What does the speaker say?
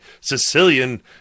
Sicilian